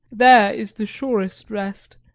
there is the surest rest.